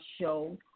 show